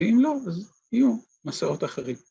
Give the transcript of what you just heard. ‫ואם לא, אז יהיו מסעות אחרים.